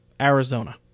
Arizona